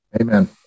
Amen